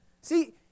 see